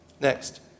Next